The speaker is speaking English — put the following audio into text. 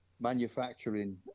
manufacturing